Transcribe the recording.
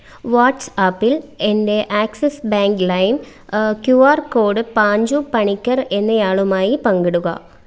വാട്ട്സ്ആപ്പിൽ എൻ്റെ Axis bank lime Q R code Panchu Panicker എന്നയാളുമായി പങ്കിടുക